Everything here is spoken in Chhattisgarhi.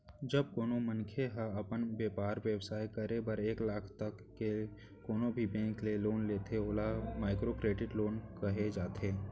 जब कोनो मनखे ह अपन बेपार बेवसाय करे बर एक लाख तक के कोनो भी बेंक ले लोन लेथे ओला माइक्रो करेडिट लोन कहे जाथे